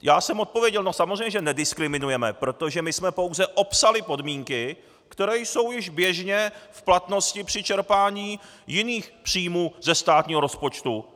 Já jsem odpověděl: No, samozřejmě že nediskriminujeme, protože my jsme pouze opsali podmínky, které jsou již běžně v platnosti při čerpání jiných příjmů ze státního rozpočtu.